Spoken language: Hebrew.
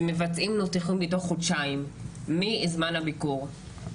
ומבצעים ניתוחים בתוך חודשיים מזמן הביקור.